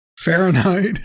Fahrenheit